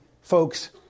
folks